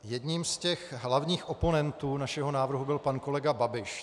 Jedním z hlavních oponentů našeho návrhu byl pan kolega Babiš.